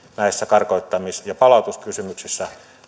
näissä karkottamis ja palautuskysymyksissä